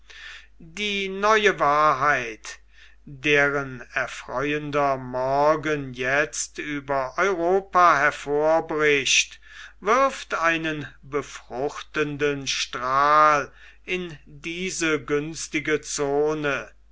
die neue wahrheit deren erfreuender morgen jetzt über europa hervorbricht wirft einen befruchtenden strahl in diese günstige zone